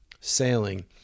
sailing